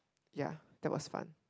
ya that was fun